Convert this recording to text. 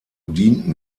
dienten